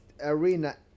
arena